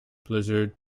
blizzard